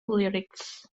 lyrics